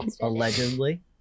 Allegedly